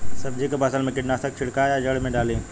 सब्जी के फसल मे कीटनाशक छिड़काई या जड़ मे डाली?